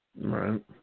Right